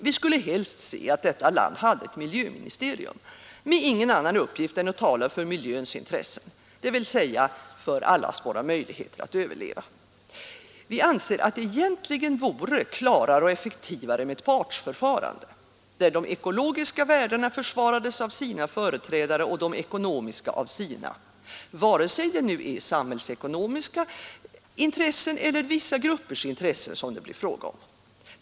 Vi skulle helst se att detta land hade ett miljöministerium med ingen annan uppgift än att tala för miljöns intressen, dvs. för allas våra möjligheter att överleva. Vi anser att det egentligen vore klarare och effektivare med ett partsförfarande, där de ekologiska värdena försvarades av sina företrädare och de ekonomiska av sina — vare sig det nu är samhällsekonomiska intressen eller vissa gruppers intressen som det blir fråga om.